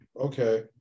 Okay